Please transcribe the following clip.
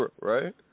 Right